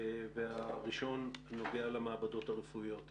הראשון נוגע למעבדות הרפואיות.